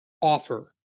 offer